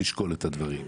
תשקול את הדברים,